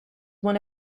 one